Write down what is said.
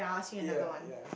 ya ya